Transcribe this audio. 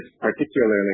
particularly